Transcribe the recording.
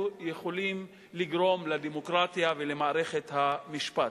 יכולים לגרום לדמוקרטיה ולמערכת המשפט.